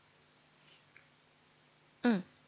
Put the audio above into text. mm